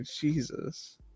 Jesus